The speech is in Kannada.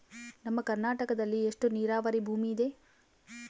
ನಮ್ಮ ಕರ್ನಾಟಕದಲ್ಲಿ ಎಷ್ಟು ನೇರಾವರಿ ಭೂಮಿ ಇದೆ?